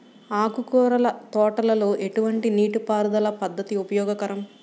ఆకుకూరల తోటలలో ఎటువంటి నీటిపారుదల పద్దతి ఉపయోగకరం?